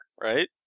right